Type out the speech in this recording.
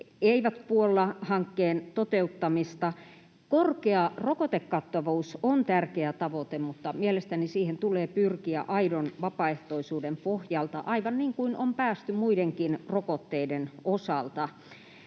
eivät puolla hankkeen toteuttamista. Korkea rokotekattavuus on tärkeä tavoite, mutta mielestäni siihen tulee pyrkiä aidon vapaaehtoisuuden pohjalta, aivan niin kuin on päästy muidenkin rokotteiden osalta.